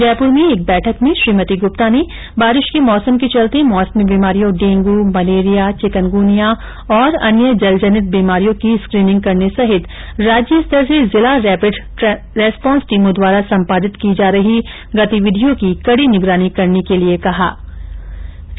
जयपुर में एक बैठक में श्रीमती गुप्ता ने बारिश के मौसम के चलते मौसमी बीमारियों डेंगू मलेरिया चिकनगुनिया और अन्य जलजनित बीमारियों की स्क्रीनिंग करने सहित राज्य स्तर से जिला रेपिड रेस्पोर्स टीमों द्वारा संपादित की जा रही गतिविधियों की कड़ी निगरानी करने के निर्देश दिये